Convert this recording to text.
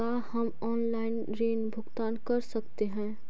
का हम आनलाइन ऋण भुगतान कर सकते हैं?